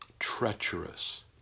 treacherous